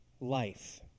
life